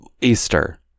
Easter